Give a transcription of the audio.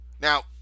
Now